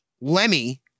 Lemmy